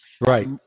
Right